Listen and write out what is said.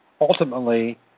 Ultimately